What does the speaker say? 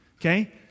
okay